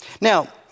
Now